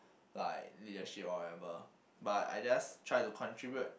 like leadership or whatever but I just try to contribute